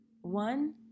One